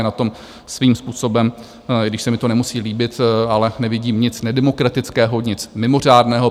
Na tom svým způsobem, i když se mi to nemusí líbit, ale nevidím nic nedemokratického, nic mimořádného.